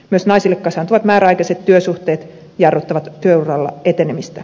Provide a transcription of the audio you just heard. myös naisille kasaantuvat määräaikaiset työsuhteet jarruttavat työuralla etenemistä